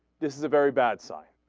this is a very bad side ah.